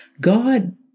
God